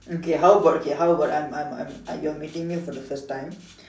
okay how about okay how about I'm I'm I'm you're meeting me for the first time